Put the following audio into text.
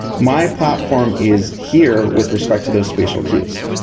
my platform is here with respect to those spatial cues.